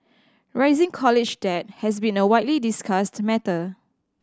rising college debt has been a widely discussed matter